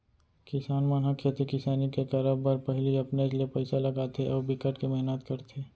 किसान मन ह खेती किसानी के करब बर पहिली अपनेच ले पइसा लगाथे अउ बिकट के मेहनत करथे